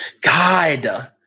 God